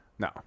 No